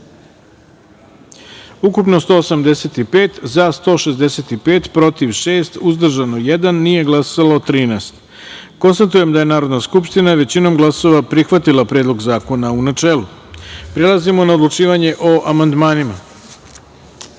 ukupno – 185, za – 166, protiv – četiri, uzdržan – jedan, nije glasalo – 14.Konstatujem da je Narodna skupština većinom glasova prihvatila Predlog zakona, u načelu. Prelazimo na odlučivanje o amandmanima. Na